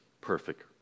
perfect